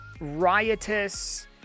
riotous